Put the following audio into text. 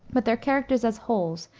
but their characters, as wholes,